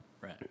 right